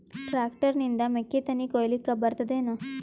Tractor ನಿಂದ ಮೆಕ್ಕಿತೆನಿ ಕೊಯ್ಯಲಿಕ್ ಬರತದೆನ?